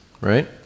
right